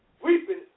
Weeping